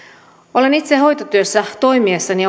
olen itse hoitotyössä toimiessani